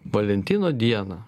valentino dieną